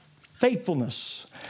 faithfulness